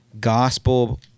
gospel